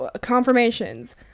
confirmations